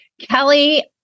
Kelly